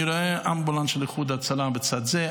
אני רואה אמבולנס של איחוד הצלה בצד הזה,